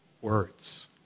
words